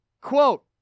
Quote